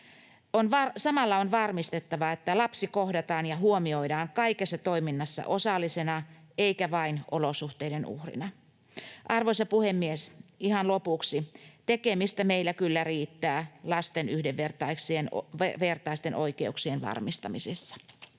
Samalla on varmistettava, että lapsi kohdataan ja huomioidaan kaikessa toiminnassa osallisena eikä vain olosuhteiden uhrina. Arvoisa puhemies! Ihan lopuksi: tekemistä meillä kyllä riittää lasten yhdenvertaisten oikeuksien varmistamisessa.